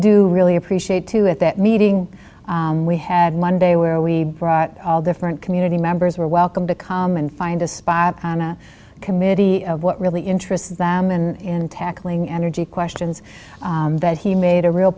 do really appreciate too at that meeting we had monday where we brought all different community members were welcome to come and find a spot a committee of what really interests them in tackling energy questions that he made a real